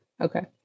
Okay